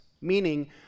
meaning